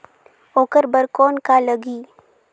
ओकर बर कौन का लगी?